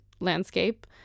landscape